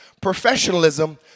professionalism